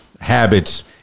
habits